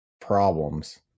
problems